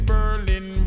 Berlin